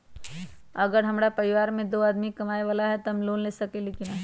अगर हमरा परिवार में दो आदमी कमाये वाला है त हम लोन ले सकेली की न?